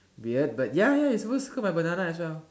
weird but ya ya she's supposed to cut my banana as well